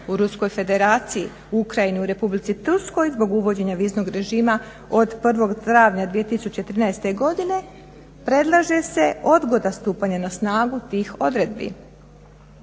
u Ruskoj Federaciji, Ukrajini, u Republici Turskoj zbog uvođenja viznog režima od 1. travnja 2013. godine predlaže se odgoda stupanja na snagu tih odredbi.